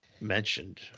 mentioned